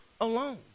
alone